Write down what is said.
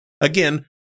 Again